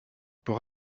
pour